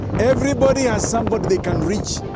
everybody has somebody they can reach.